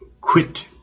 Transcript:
Quit